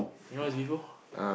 you know where's Vivo